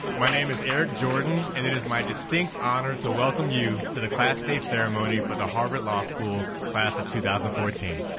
my name is eric jordan, and it is my distinct honor to welcome you to the class day ceremony for the harvard law school class of two thousand and fourteen.